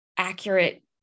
Accurate